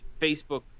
Facebook